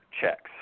Checks